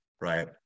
Right